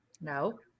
no